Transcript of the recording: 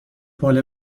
حوله